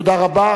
תודה רבה.